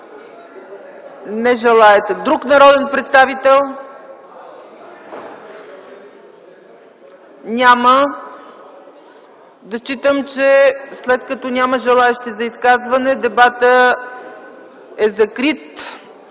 Не желаете. Друг народен представител? Няма. Да считам, че след като няма желаещи за изказване, дебатът е закрит.